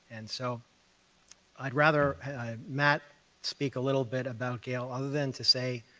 and so i'd rather matt speak a little bit about gail, other than to say